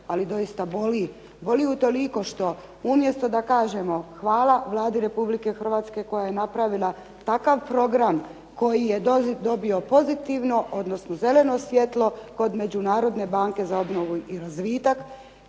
ali doista boli, boli utoliko što umjesto da kažemo hvala Vladi RH koja je napravila takav program koji je dobio pozitivno, odnosno zeleno svjetlo kod Međunarodne banke za obnovu i razvitak